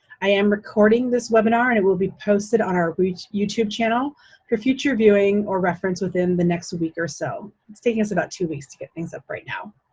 i am recording this webinar. and it will be posted on our youtube channel for future viewing or reference within the next week or so. it's taking us about two weeks to get things up right now.